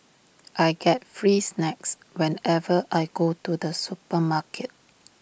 I get free snacks whenever I go to the supermarket